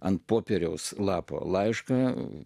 ant popieriaus lapo laišką